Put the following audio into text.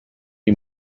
you